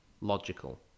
logical